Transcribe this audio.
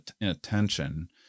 attention